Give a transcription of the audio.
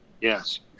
yes